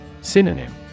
Synonym